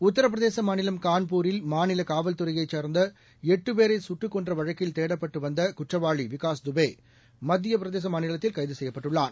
உத்தரபிரதேசமாநிலம் கான்பூரில் மாநிலகாவல்துறையைச் சேர்ந்தஎட்டுபேரைசுட்டுக் கொன்றவழக்கில் தேடப்பட்டுவந்தகுற்றவாளிவிகாஸ் தேப மத்தியப் பிரதேசமாநிலத்தில் கைதுசெய்யப்பட்டுள்ளான்